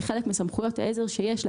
כחלק מסמכויות עזר שיש לה,